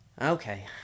Okay